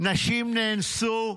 נשים נאנסו,